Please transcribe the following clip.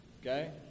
okay